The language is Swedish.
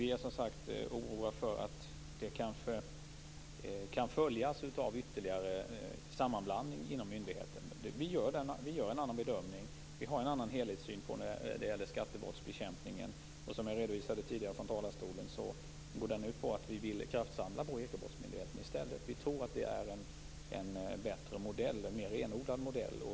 Vi är, som sagt, oroliga för att detta kan följas av ytterligare sammanblandning inom myndigheten. Vi gör en annan bedömning och har en annan helhetssyn på skattebrottsbekämpningen. Som jag nyss redovisat vill vi i stället ha en kraftsamling på Ekobrottsmyndigheten. Vi tror att det är en bättre och mer renodlad modell.